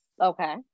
okay